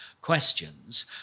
questions